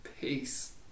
peace